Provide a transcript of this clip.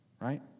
Right